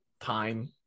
time